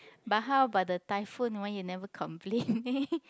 but how about the typhoon why you never complain